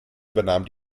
übernahm